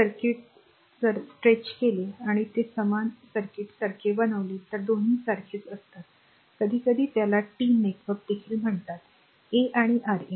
हे सर्किट जर ते ताणले गेले आणि ते समान सर्किट सारखे बनवले तर दोन्ही सारखेच असतात कधीकधी त्याला टी नेटवर्क देखील म्हणतात a आणि R a